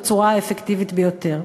בצורה האפקטיבית ביותר.